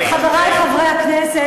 חברי חברי הכנסת,